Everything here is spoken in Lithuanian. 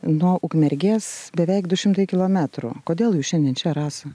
nuo ukmergės beveik du šimtai kilometrų kodėl jūs šiandien čia rasa